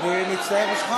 אני מצטער בשבילך.